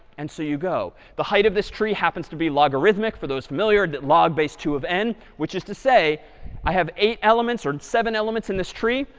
and so you go. the height of this tree happens to be logarithmic, for those familiar, log base two of n, which is to say i have eight elements or seven elements in this tree.